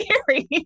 scary